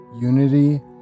unity